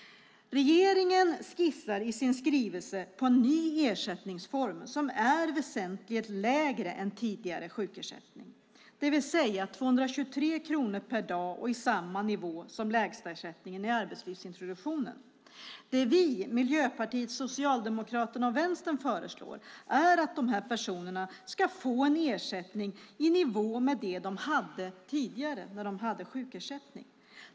Regeringen skissar i sin skrivelse på en ny ersättningsform som är väsentligt lägre än tidigare sjukersättning, det vill säga 223 kronor per dag och i samma nivå som den lägsta ersättningen i arbetslivsintroduktionen. Det vi, Miljöpartiet, Socialdemokraterna och Vänstern, föreslår är att dessa personer ska få en ersättning i nivå med den de hade tidigare, när de hade sjukersättning.